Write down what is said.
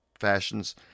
fashions